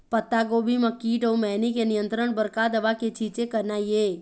पत्तागोभी म कीट अऊ मैनी के नियंत्रण बर का दवा के छींचे करना ये?